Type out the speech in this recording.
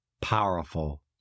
powerful